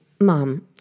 Mom